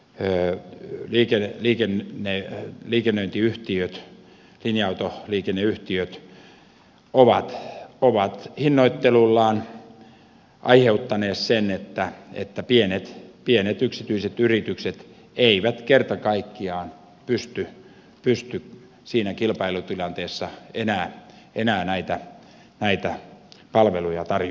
he liikenne liikenne menee liikenne olevat linja autoliikenneyhtiöt ovat hinnoittelullaan aiheuttaneet sen että pienet yksityiset yritykset eivät kerta kaikkiaan pysty siinä kilpailutilanteessa enää näitä palveluja tarjoamaan